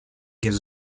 gives